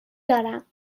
دارم